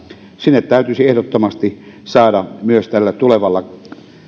sinne täytyisi ehdottomasti saada myös tällä tulevalla